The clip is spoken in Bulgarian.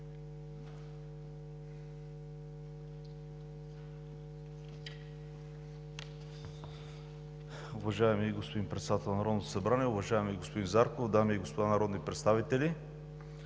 Уважаеми господин Председател на Народното събрание, уважаеми господин Зарков, дами и господа народни представители!